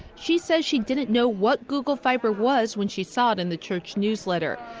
she says she didn't know what google fiber was when she saw it in the church newsletter.